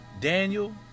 Daniel